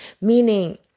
Meaning